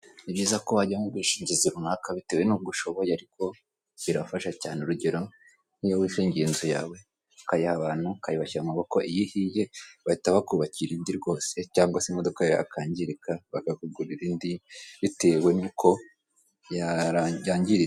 Ni byiza ko wajya mu bwishingizi runaka bitewe n'ubwo ushoboye kuko, birafasha cyane urugero nk'iyo wishingiye inzu yawe ukayiha abantu, ukayibashyira mu maboko. Iyo ihiye bahita bakubakira indi rwose cyangwa se imodoka yakangirika, bakakugurira indi bitewe n'uko yangiritse.